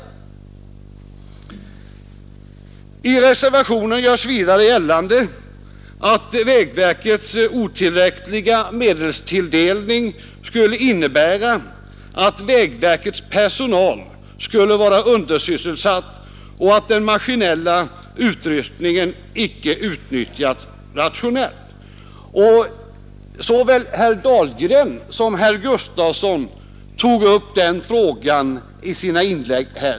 I reservationen görs vidare gällande att vägverkets otillräckliga medelstilldelning skulle innebära att vägverkets personal var undersysselsatt och att den maskinella utrustningen inte utnyttjades rationellt. Såväl herr Dahlgren som herr Gustafson i Göteborg tog upp den frågan i sina inlägg.